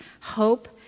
hope